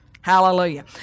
Hallelujah